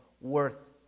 worth